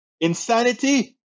insanity